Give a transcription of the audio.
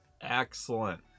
Excellent